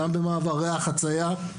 גם במעברי החציה.